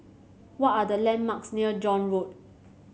what are the landmarks near John Road